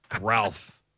Ralph